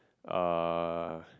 uh